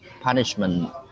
punishment